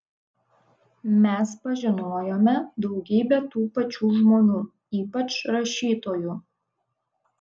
mes pažinojome daugybę tų pačių žmonių ypač rašytojų